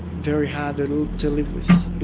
very hard and to live with.